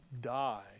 Die